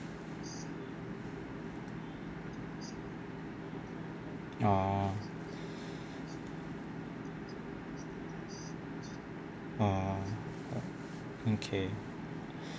oh oh okay